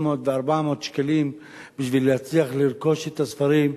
ו-400 שקלים בשביל להצליח לרכוש את הספרים.